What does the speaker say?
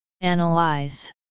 analyze